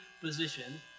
position